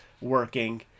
working